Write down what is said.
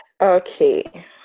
Okay